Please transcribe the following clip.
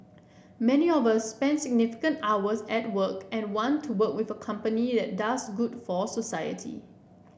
many of us spend significant hours at work and want to work with a company that does good for society